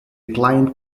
client